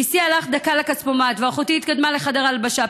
גיסי הלך דקה לכספומט, ואחותי התקדמה לחדר ההלבשה.